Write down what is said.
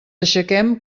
aixequem